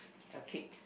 a cake